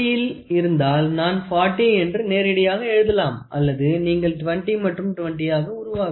பெட்டியில் இருந்தாள் நான் 40 என்று நேரடியாக எழுதலாம் அல்லது நீங்கள் 20 மற்றும் 20 ஆக உருவாக்கலாம்